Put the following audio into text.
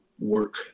work